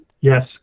Yes